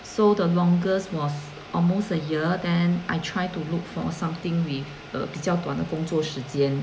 so the longest was almost a year then I try to look for something with err 比较短的工作时间